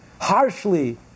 harshly